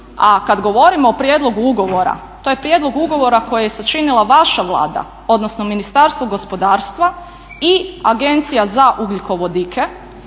A kad govorimo o prijedlogu ugovora, to je prijedlog ugovora koji je sačinila vaša Vlada, odnosno Ministarstvo gospodarstva i Agencija za ugljikovodike.